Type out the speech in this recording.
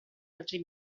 altri